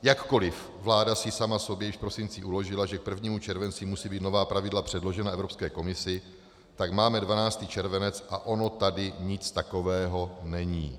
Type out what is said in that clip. Jakkoliv vláda si sama sobě již v prosinci uložila, že k 1. červenci musí být nová pravidla předložena Evropské komisi, tak máme 12. červenec a ono tady nic takového není.